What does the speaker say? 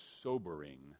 sobering